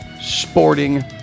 sporting